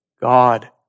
God